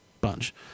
bunch